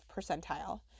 percentile